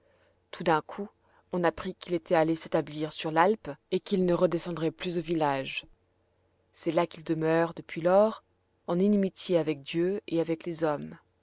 tout d'un coup on apprit qu'il était allé s'établir sur l'alpe et qu'il ne redescendrait plus au village c'est là qu'il demeure depuis lors en inimitié avec dieu et avec les hommes